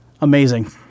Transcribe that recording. amazing